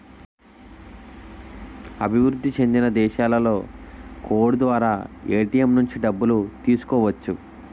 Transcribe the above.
అభివృద్ధి చెందిన దేశాలలో కోడ్ ద్వారా ఏటీఎం నుంచి డబ్బులు తీసుకోవచ్చు